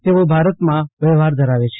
તેઓ ભારતમાં વ્યવહાર ધરાવે છે